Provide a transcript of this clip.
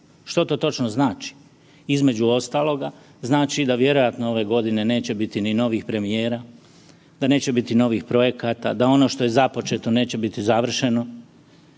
Što to točno znači? Između ostaloga znači da vjerojatno ove godine neće biti ni novih premijera, da neće biti novih projekata, da ono što je započeto neće biti završeno